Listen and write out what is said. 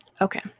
Okay